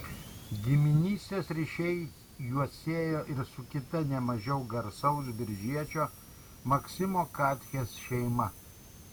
giminystės ryšiai juos siejo ir su kita ne mažiau garsaus biržiečio maksimo katchės šeima